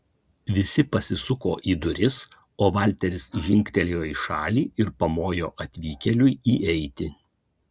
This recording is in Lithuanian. visi pasisuko į duris o valteris žingtelėjo į šalį ir pamojo atvykėliui įeiti